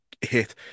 hit